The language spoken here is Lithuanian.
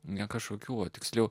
ne kažkokių tikslių